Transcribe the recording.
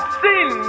sin